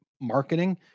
marketing